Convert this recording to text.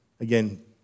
Again